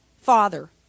Father